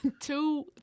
Two